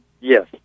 Yes